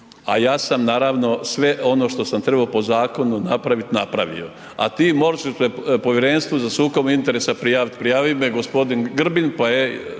a ja sam naravno sve ono što sam trebao po zakonu napraviti, napravio, a ti možeš Povjerenstvu za sukob interesa prijaviti, prijavi se, g. Grbin pa je